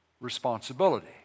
responsibility